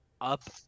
up